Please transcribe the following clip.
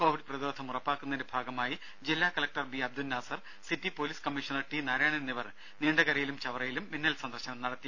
Covid പ്രതിരോധം ഉറപ്പാക്കുന്നതിന്റെ ഭാഗമായി ജില്ലാ collector B Abdul Nasar city police commissioner T Narayanan എന്നിവർ നീണ്ടകരയിലും ചവറയിലും മിന്നൽ സന്ദർശനം നടത്തി